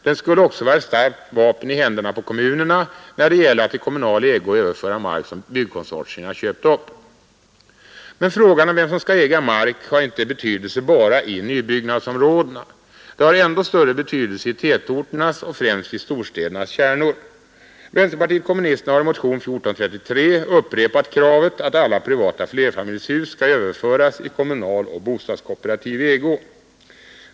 Den skulle också vara ett starkt vapen i händerna på kommunerna när det gäller att i kommunal ägo överföra mark som byggkonsortierna köpt upp. Men frågan om vem som skall äga mark har inte betydelse bara i nybyggnadsområdena. Den har ändå större betydelse i tätorternas och främst i storstädernas kärnor. Vänsterpartiet kommunisterna har i motion 1433 upprepat kravet att alla privata flerfamiljshus skall överföras i kommunal eller bostadskooperativ ägo.